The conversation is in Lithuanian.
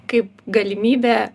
kaip galimybė